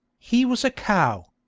he was a cow